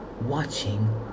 watching